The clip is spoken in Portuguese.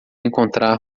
encontrar